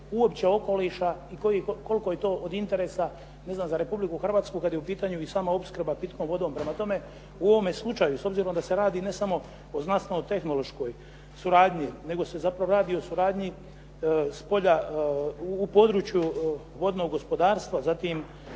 uopće okoliša i koliko je to od interesa za Republiku Hrvatsku kad je u pitanju i sama opskrba pitkom vodom. Prema tome, u ovome slučaju s obzirom da se radi ne samo o znanstveno-tehnološkoj suradnji nego se zapravo radi o suradnji u području vodnog gospodarstva, zatim